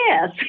yes